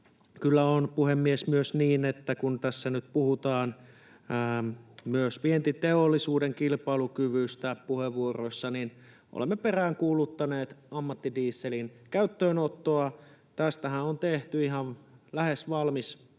Kyllä on, puhemies, myös niin, että kun tässä puheenvuoroissa nyt puhutaan myös vientiteollisuuden kilpailukyvystä, niin olemme peräänkuuluttaneet ammattidieselin käyttöönottoa. Tästähän on tehty mielestäni valmis lakiesitys,